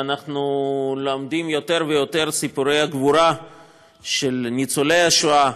ואנחנו לומדים יותר ויותר סיפורי גבורה של ניצולי השואה,